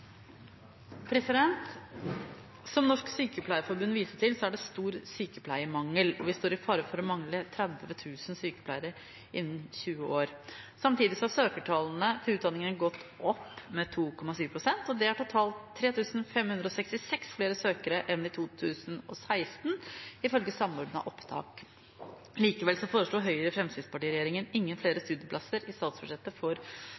Norsk Sykepleierforbund viser til, er det stor sykepleiermangel, og vi står i fare for å mangle 30 000 sykepleiere innen 20 år. Samtidig har søkertallene til utdanning gått opp med 2,7 prosent, og det er totalt 3 566 flere søkere enn i 2016, ifølge Samordna opptak. Likevel foreslo Høyre–Fremskrittsparti-regjeringen ingen flere studieplasser i statsbudsjettet for